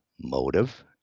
motive